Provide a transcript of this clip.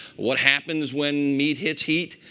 what happens when meat hits heat?